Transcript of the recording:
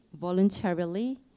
voluntarily